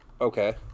Okay